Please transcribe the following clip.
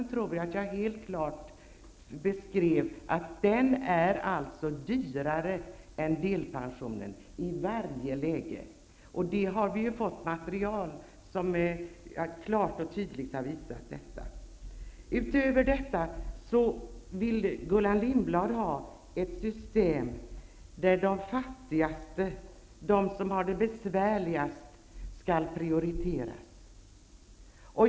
Jag beskrev att systemet med förtidspension i varje läge är dyrare än systemet med delpension. Det finns material som klart och tydligt visar detta. Utöver detta vill Gullan Lindblad ha ett system där de fattigaste och de som har det besvärligast skall prioriteras.